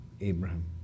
Abraham